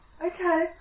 Okay